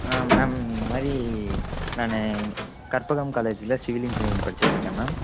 ஆ ma'am இந்த மாதிரி நான் கற்பகம் காலேஜில் சிவில் இன்ஜினியரிங் படிச்சிட்ருக்கேன் மேம்